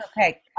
okay